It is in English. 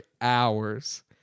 hours